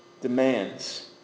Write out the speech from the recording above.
demands